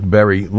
Berry